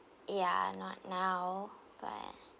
ya not now but